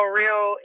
real